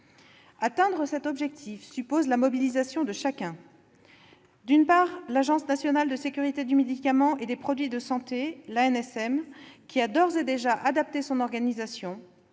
Atteindre cet objectif suppose la mobilisation de chacun. L'Agence nationale de sécurité du médicament et des produits de santé, l'ANSM, a d'ores et déjà adapté son organisation